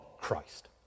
Christ